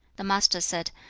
the master said,